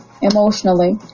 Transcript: emotionally